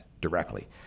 directly